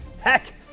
Heck